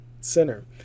Center